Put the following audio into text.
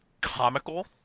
comical